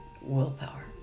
willpower